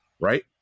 right